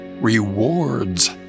rewards